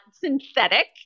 synthetic